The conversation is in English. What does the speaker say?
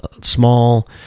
small